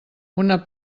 una